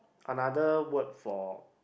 another word for